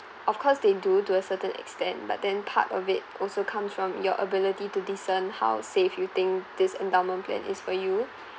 of course they do to a certain extent but then part of it also comes from your ability to discern how safe you think this endowment plan is for you